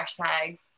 hashtags